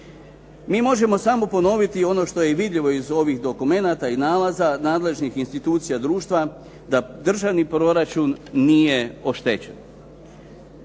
Mi možemo samo ponoviti ono što je i vidljivo iz ovih dokumenata i nalaza nadležnih institucija društva da državni proračun nije oštećen.